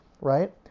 right